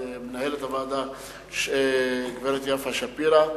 את מנהלת הוועדה גברת יפה שפירא,